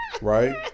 right